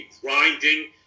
grinding